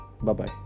Bye-bye